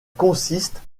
consiste